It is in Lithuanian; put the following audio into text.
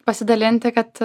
pasidalinti kad